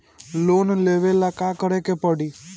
Loan लेबे ला का करे के पड़ी?